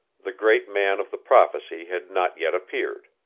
the great man of the prophecy had not yet appeared.